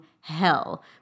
hell